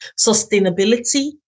sustainability